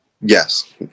Yes